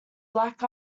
black